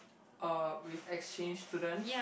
uh with exchange students